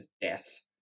death